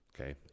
Okay